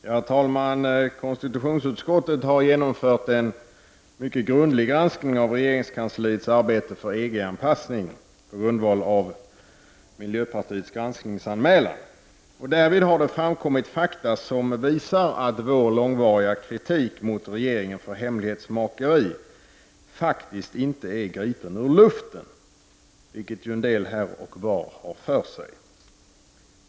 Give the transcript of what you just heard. Herr talman! Konstitutionsutskottet har genomfört en mycket grundlig granskning av regeringskansliets arbete för EG-anpassning på grundval av miljöpartiets granskningsanmälan. Därvid har det framkommit fakta som visar att vår långvariga kritik mot regeringen när det gäller hemlighetsmakeri faktiskt inte är gripen ur luften, vilket en del här och var har för sig.